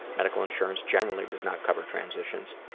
medical insurance generally does not cover transitions,